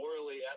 morally